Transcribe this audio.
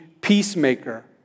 peacemaker